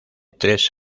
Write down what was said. tres